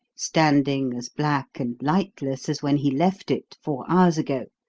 standing as black and lightless as when he left it four hours ago,